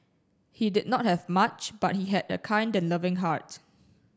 he did not have much but he had a kind and loving heart